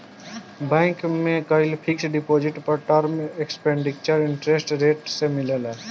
bank में कईल fixed deposit पर टर्म स्ट्रक्चर्ड इंटरेस्ट रेट से मिलेला